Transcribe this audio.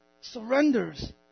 surrenders